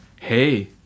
hey